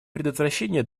предотвращение